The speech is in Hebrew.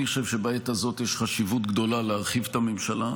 אני חושב שבעת הזאת יש חשיבות גדולה להרחיב את הממשלה.